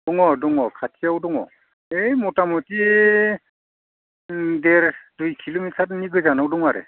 दङ दङ खाथियाव दङ ओइ मथा मथि देर दुइ किल'मिटारनि गोजानाव दं आरो